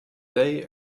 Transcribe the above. day